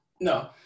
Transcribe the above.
no